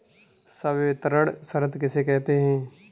संवितरण शर्त किसे कहते हैं?